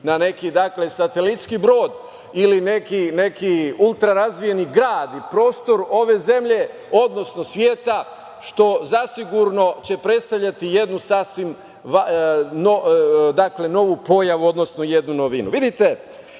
na neki satelitski brod ili neki ultra razvijeni grad ili prostor ove zemlje odnosno sveta, što će zasigurno predstavljati jednu sasvim novu pojavu, odnosno jednu novinu. Vidite,